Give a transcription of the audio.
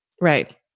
Right